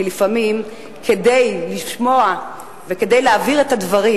כי לפעמים כדי לשמוע וכדי להעביר את הדברים